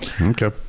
Okay